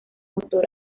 motor